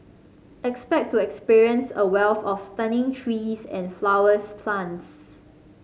expect to experience a wealth of stunning trees and flowers plants